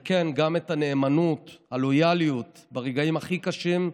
וכן, גם את הנאמנות, הלויאליות, ברגעים הכי קשים,